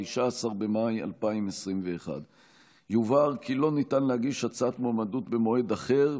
19 במאי 2021. יובהר כי לא ניתן להגיש הצעת מועמדות במועד אחר,